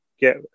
get